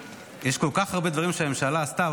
יש כל כך הרבה דברים שהממשלה עשתה,